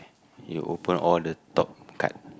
you open all the top card